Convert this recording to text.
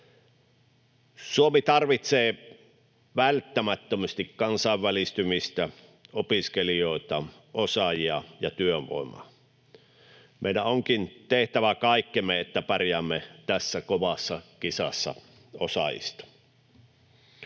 Suomi tarvitsee välttämättömästi kansainvälistymistä, opiskelijoita, osaajia ja työvoimaa. Meidän onkin tehtävä kaikkemme, että pärjäämme tässä kovassa kisassa osaajista.